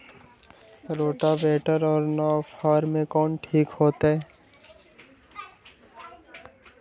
Rotavator और नौ फ़ार में कौन ठीक होतै?